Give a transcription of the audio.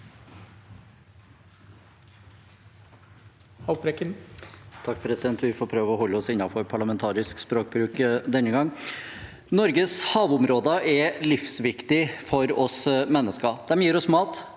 (SV) Vi får prøve å holde oss innenfor parlamentarisk språkbruk denne gang. Norges havområder er livsviktige for oss mennesker. De gir oss mat,